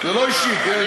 זה לא אישי, כן?